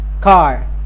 car